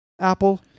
Apple